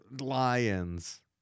Lions